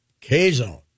K-Zone